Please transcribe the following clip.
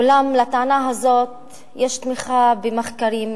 אולם לטענה הזאת יש תמיכה במחקרים,